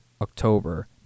October